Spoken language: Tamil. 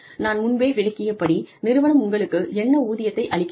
நான் முன்பே விளக்கியபடி நிறுவனம் உங்களுக்கு என்ன ஊதியத்தை அளிக்கிறது